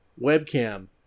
webcam